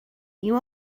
you